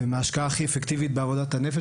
הן ההשקעה הכי אפקטיבית בעבודת הנפש.